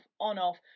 on-off